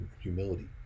humility